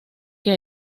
que